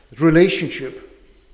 relationship